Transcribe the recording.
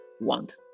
want